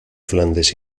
flandes